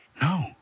no